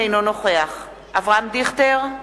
אינו נוכח אברהם דיכטר,